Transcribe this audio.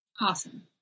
Awesome